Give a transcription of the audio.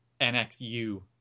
NXU